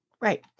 right